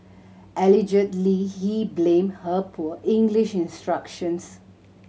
allegedly he blamed her poor English instructions